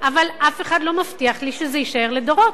אבל אף אחד לא מבטיח לי שזה יישאר לדורות.